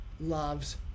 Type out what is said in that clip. loves